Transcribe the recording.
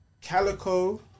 Calico